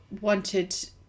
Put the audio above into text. wanted